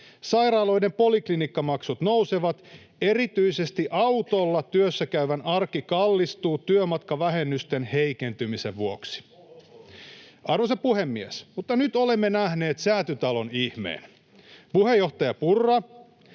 Sairaaloiden poliklinikkamaksut nousevat. Erityisesti autolla työssä käyvän arki kallistuu työmatkavähennysten heikentymisen vuoksi. [Sosiaalidemokraattien ryhmästä: Ohhoh!] Arvoisa puhemies! Nyt olemme nähneet Säätytalon ihmeen. Puheenjohtaja Purra,